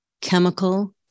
chemical